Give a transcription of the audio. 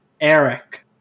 Eric